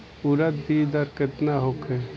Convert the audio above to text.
उरद बीज दर केतना होखे?